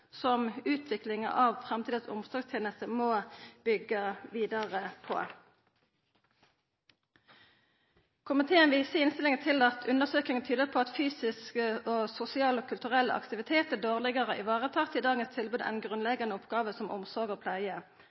som utviklinga av framtidas omsorgstenester må byggja vidare på. Komiteen viser i innstillinga til at undersøkingar tyder på at fysisk, sosial og kulturell aktivitet er dårlegare varetatt i dagens tilbod enn grunnleggjande oppgåver som omsorg og pleie.